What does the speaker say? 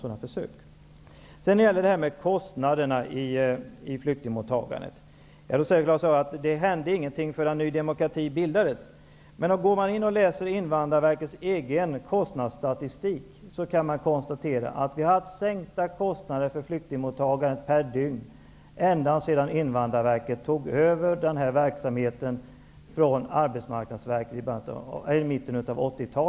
Claus Zaar sade att det inte hände någonting förrän Ny demokrati bildades. Men om man läser Invandrarverkets egen kostnadsstatistik, kan man konstatera att ända sedan Invandrarverket i mitten av 80-talet tog över verksamheten från Arbetsmarknadsverket har kostnaderna för flyktingmottagandet per dygn sänkts.